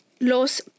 Los